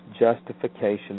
justification